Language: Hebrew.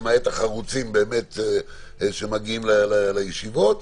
למעט החרוצים שמגיעים לישיבות,